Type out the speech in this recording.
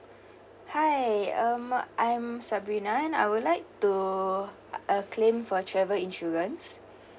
hi um I'm sabrina I would like to uh claim for travel insurance